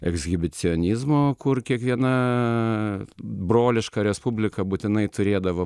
ekshibicionizmo kur kiekviena broliška respublika būtinai turėdavo